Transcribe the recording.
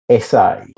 SA